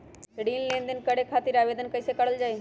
ऋण लेनदेन करे खातीर आवेदन कइसे करल जाई?